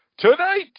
Tonight